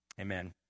amen